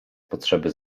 potrzeby